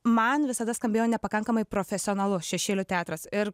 man visada skambėjo nepakankamai profesionalu šešėlių teatras ir